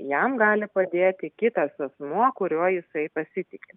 jam gali padėti kitas asmuo kuriuo jisai pasitiki